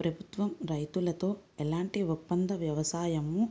ప్రభుత్వం రైతులతో ఎలాంటి ఒప్పంద వ్యవసాయమూ